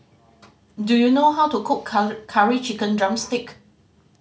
do you know how to cook Curry Chicken drumstick